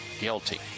guilty